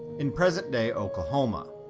in present-day oklahoma,